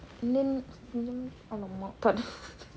and then macam !alamak! tak ada